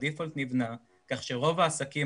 הדיפולט נבנה כך שרוב העסקים,